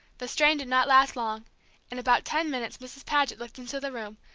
the strain did not last long in about ten minutes mrs. paget looked into the room,